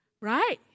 right